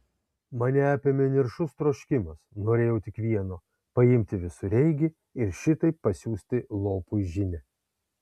mane apėmė niršus troškimas norėjau tik vieno paimti visureigį ir šitaip pasiųsti lopui žinią